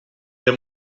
der